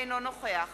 אינו נוכח